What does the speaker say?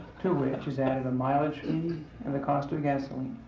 to which is added a mileage fee and the cost of gasoline.